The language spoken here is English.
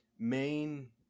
Main